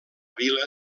vila